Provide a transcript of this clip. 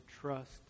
trust